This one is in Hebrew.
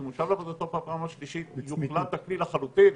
ואם הוא שב לעבודתו בפעם השלישית יוחלט הכלי לחלוטין,